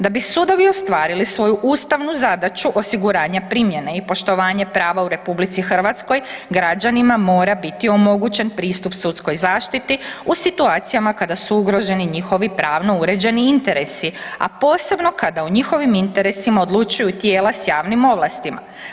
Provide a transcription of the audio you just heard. Da bi sudovi ostvarili svoju ustavnu zadaću osiguranja primjene i poštovanje prava u Republici Hrvatskoj građanima mora biti omogućen pristup sudskoj zaštiti u situacijama kada su ugroženi njihovi pravno uređeni interesi, a posebno kada o njihovim interesima odlučuju tijela s javnim ovlastima.